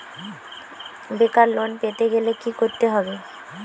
বেকার লোন পেতে গেলে কি করতে হবে?